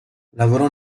lavorò